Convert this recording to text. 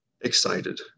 Excited